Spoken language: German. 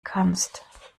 kannst